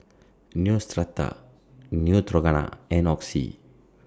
Neostrata Neutrogena and Oxy